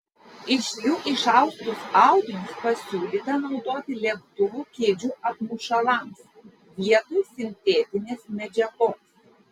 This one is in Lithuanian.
iš jų išaustus audinius pasiūlyta naudoti lėktuvų kėdžių apmušalams vietoj sintetinės medžiagos